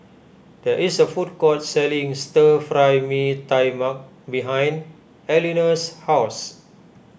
there is a food court selling Stir Fry Mee Tai Mak behind Elinor's house